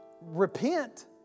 repent